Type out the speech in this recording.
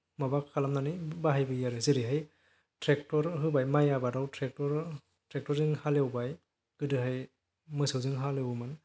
माबा खालामनानै बाहायबोयो आरो जेरैहाय ट्रेक्टर होबाय माइ आबादाव ट्रेक्टर ट्रेक्टर जों हालेवबाय गोदोहाय मोसौजों हालेवोमोन